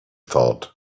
thought